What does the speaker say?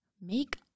make